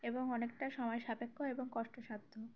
এবং অনেকটা সময় সাপেক্ষ এবং কষ্টসাধ্য